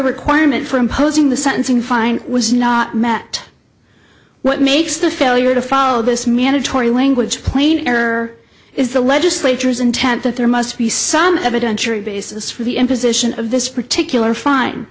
requirement for imposing the sentencing fine was not met what makes the failure to follow this mandatory language plain error is the legislature's intent that there must be some evidentiary basis for the imposition of this particular fine